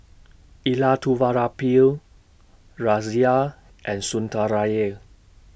Elattuvalapil Razia and Sundaraiah